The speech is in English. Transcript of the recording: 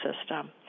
system